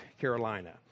Carolina